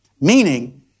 Meaning